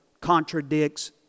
contradicts